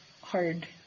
hard